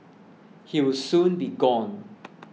he will soon be gone